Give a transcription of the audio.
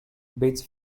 bids